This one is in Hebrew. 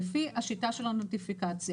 לפי השיטה של הנוטיפיקציה,